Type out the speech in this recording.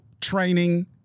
training